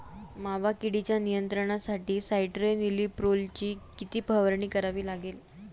मावा किडीच्या नियंत्रणासाठी स्यान्ट्रेनिलीप्रोलची किती फवारणी करावी लागेल?